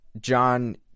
John